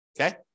Okay